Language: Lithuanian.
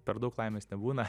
per daug laimės nebūna